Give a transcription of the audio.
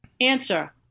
Answer